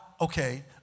okay